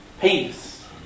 Peace